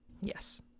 Yes